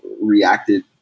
reacted